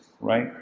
right